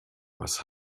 was